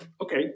Okay